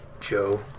Joe